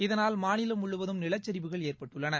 இதனால் மாநிலம் முழுவதும் நிலச்சிவுகள் ஏற்பட்டுள்ளன